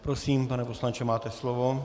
Prosím, pane poslanče, máte slovo.